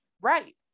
right